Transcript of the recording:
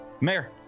mayor